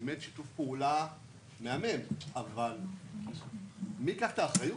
באמת שיתוף פעולה מהמם, אבל מי ייקח את האחריות?